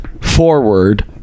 forward